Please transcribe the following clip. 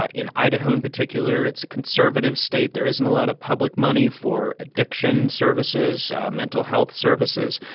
ah in idaho, in particular, it's a conservative state. there isn't a lot of public money for addiction services mental health services.